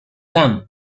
dame